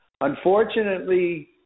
unfortunately